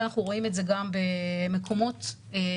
ואנחנו רואים את זה גם במקומות אחרים,